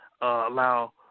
allow